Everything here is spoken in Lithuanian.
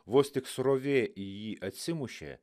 vos tik srovė į jį atsimušė